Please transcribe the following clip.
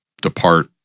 depart